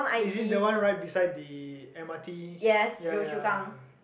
is it the one right beside the m_r_t ya ya